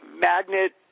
magnet